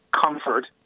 comfort